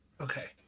Okay